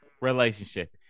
relationship